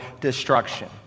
destruction